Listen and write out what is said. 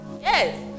Yes